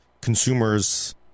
consumers